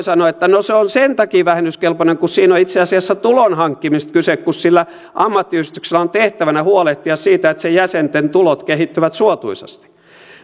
sanoa että no se on sen takia vähennyskelpoinen kun siinä on itse asiassa tulonhankkimisesta kyse kun sillä ammattiyhdistyksellä on tehtävänä huolehtia siitä että sen jäsenten tulot kehittyvät suotuisasti